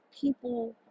people